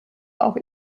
auch